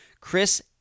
Chris